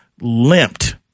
limped